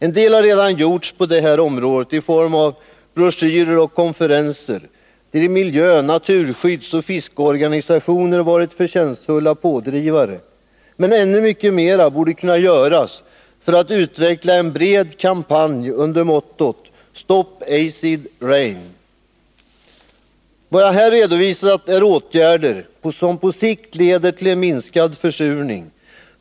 En del har redan gjorts på det området i form av broschyrer och konferenser. Där har miljö-, naturskyddsoch fiskeorganisationer förtjänstfullt drivit på. Men ännu mycket mera borde göras för att utveckla en bred kampanj under mottot: Stop acid rain! Vad jag här redovisat är åtgärder som på sikt leder till en minskning av försurningen.